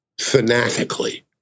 fanatically